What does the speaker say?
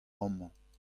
amañ